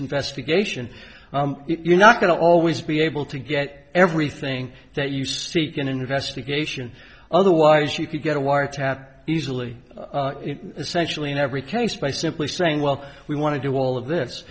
investigation you're not going to always be able to get everything that you seek an investigation otherwise you could get a wiretap easily essentially in every case by simply saying well we want to do all of